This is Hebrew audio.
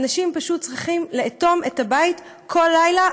אנשים פשוט צריכים לאטום את הבית כל לילה,